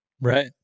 Right